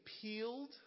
appealed